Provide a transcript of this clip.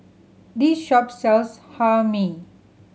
this shop sells Hae Mee